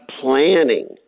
planning